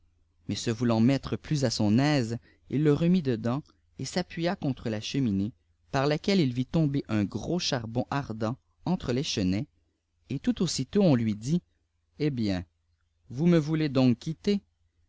mais se voulant mettre plus à son aise il le remit dedans et s'appuya contre la cheminée par laquelle il vit tomber un gros charbon acent entre le chenpts et tout aussitôt on lui dit eh bien vous me voulez donc quitter